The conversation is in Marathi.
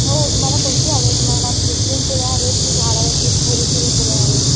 हो तुम्हाला कोणते हवे आहेत तुम्हाला कृत्रिम फुलं हवी आहेत की झाडावरची खरीखुरी फूल हवी आहेत